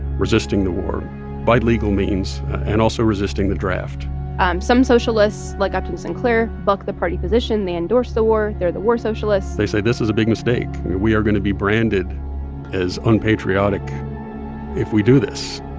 resisting the war by legal means and also resisting the draft some socialists, like upton sinclair, buck the party position. they endorse the war. they're the war socialists they say this is a big mistake. we are going to be branded as unpatriotic if we do this.